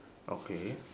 okay